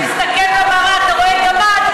זה שאתה מסתכל במראה ורואה גמד,